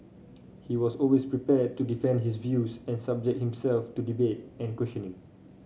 he was always prepared to defend his views and subject himself to debate and questioning